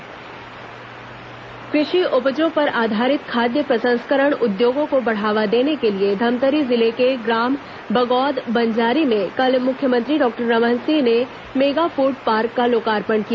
mega food park कृषि उपजों पर आधारित खाद्य प्रसंस्करण उद्योगों को बढ़ावा देने के लिए धमतरी जिले के ग्राम बगौद बंजारी में कल मुख्यमंत्री डॉक्टर रमन सिंह ने मेगाफूड पार्क का लोकार्पण किया